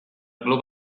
club